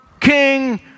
king